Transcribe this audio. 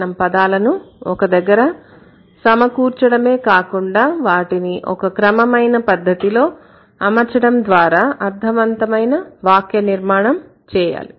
మనం పదాలను ఒక దగ్గర సమకూర్చడమే కాకుండా వాటిని ఒక క్రమమైన పద్ధతిలో అమర్చడం ద్వారా అర్థవంతమైన వాక్య నిర్మాణం చేయాలి